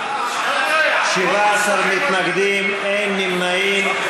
17 מתנגדים, אין נמנעים.